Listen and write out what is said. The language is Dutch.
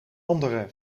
andere